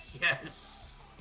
Yes